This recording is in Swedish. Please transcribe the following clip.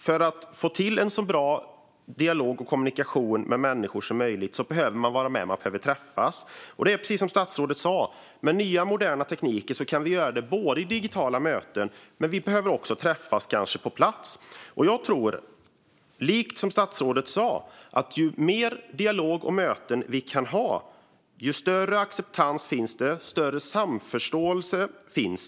För att få till en så bra dialog och kommunikation med människor som möjligt behöver man träffas. Och som statsrådet sa kan vi med nya moderna tekniker göra det i digitala möten, men vi behöver kanske också träffas på plats. Jag tror precis som statsrådet att ju mer dialog och ju fler möten vi kan ha desto större blir acceptansen och samförståelsen.